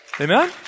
Amen